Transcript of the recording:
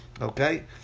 Okay